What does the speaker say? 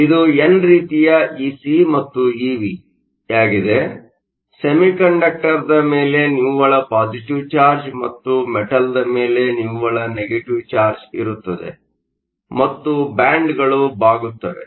ಇದು ಎನ್ ರೀತಿಯ ಇಸಿ ಮತ್ತು ಇವಿ ಸೆಮಿಕಂಡಕ್ಟರ್ನ ಮೇಲೆ ನಿವ್ವಳ ಪಾಸಿಟಿವ್ ಚಾರ್ಜ್ ಮತ್ತು ಮೆಟಲ್ನ ಮೇಲೆ ನಿವ್ವಳ ನೆಗೆಟಿವ್ ಚಾರ್ಜ್ ಇರುತ್ತದೆ ಮತ್ತು ಬ್ಯಾಂಡ್ಗಳು ಬಾಗುತ್ತವೆ